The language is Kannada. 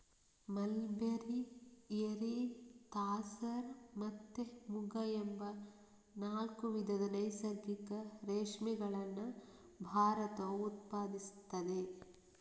ಮಲ್ಬೆರಿ, ಎರಿ, ತಾಸರ್ ಮತ್ತೆ ಮುಗ ಎಂಬ ನಾಲ್ಕು ವಿಧದ ನೈಸರ್ಗಿಕ ರೇಷ್ಮೆಗಳನ್ನ ಭಾರತವು ಉತ್ಪಾದಿಸ್ತದೆ